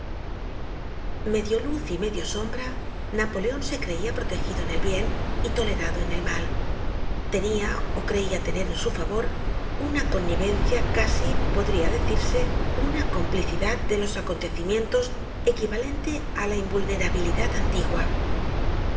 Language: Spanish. at medio luz y medio sombra napoleon se creia protegido en el bien y tolerado en el mal tenia ó creia tener en su favor una connivencia casi podría decirse una complicidad de los acontecimientos equivalente á la invulnerabilidad antigua